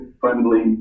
friendly